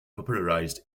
popularised